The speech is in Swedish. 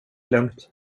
lugnt